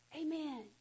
Amen